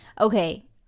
Okay